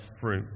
fruit